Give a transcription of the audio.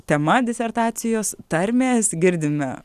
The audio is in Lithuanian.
tema disertacijos tarmės girdime